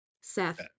Seth